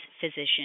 physician